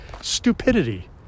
Stupidity